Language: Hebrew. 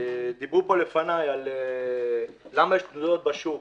דיברו פה לפניי על למה יש תנודות שוק,